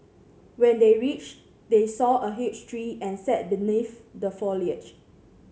when they reached they saw a huge tree and sat beneath the foliage